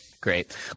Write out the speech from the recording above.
great